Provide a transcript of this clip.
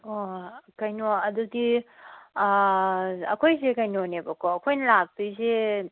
ꯑꯣ ꯀꯩꯅꯣ ꯑꯗꯨꯗꯤ ꯑꯩꯈꯣꯏꯁꯦ ꯀꯩꯅꯣꯅꯦꯕꯀꯣ ꯑꯩꯈꯣꯏꯅ ꯂꯥꯛꯇꯣꯏꯁꯦ